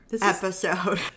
episode